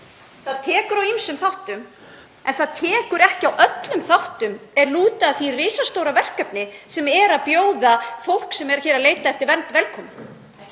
Það tekur á ýmsum þáttum en það tekur ekki á öllum þáttum er lúta að því risastóra verkefni sem er að bjóða fólk sem er að leita eftir vernd velkomið.